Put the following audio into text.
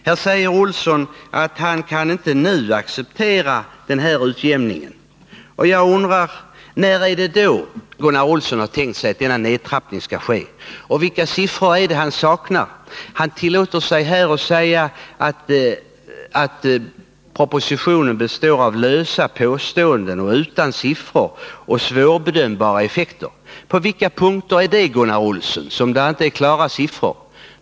Gunnar Olsson säger att han inte nu kan acceptera den här utjämningen. Jag undrar när Gunnar Olsson i så fall har tänkt sig att denna nedskärning skall ske. Och vilka siffror är det han saknar? Han tillåter sig att säga att propositionen består av lösa påståenden utan siffror och att dess förslag kommer att få svårbedömbara effekter. På vilka punkter, Gunnar Olsson, finns det inte klara siffror?